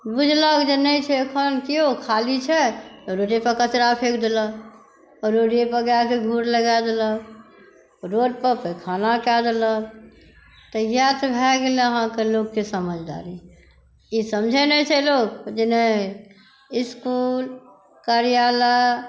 बुझलक जे नहि छै एखन केओ खाली छै तऽ रोडे पर कचड़ा फेंक देलक रोडे पर गाय कऽ घूर लगाए देलक रोड पर पैखाना कए देलक तऽ इएह तऽ भए गेलै अहाँकेँ लोकके समझदारी ई समझै नहि छै लोक जे नहि इसकुल कार्यालय